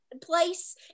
place